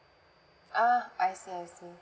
ah I see I see